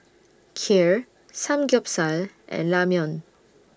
Kheer Samgyeopsal and Ramyeon